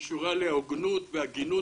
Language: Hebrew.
מקרה שני, הבמות באותו מקום, שאגב,